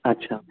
अच्छा